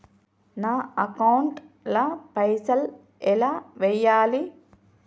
నా అకౌంట్ ల పైసల్ ఎలా వేయాలి?